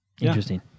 interesting